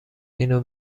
اینو